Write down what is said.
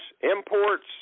imports